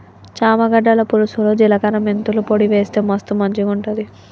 చామ గడ్డల పులుసులో జిలకర మెంతుల పొడి వేస్తె మస్తు మంచిగుంటది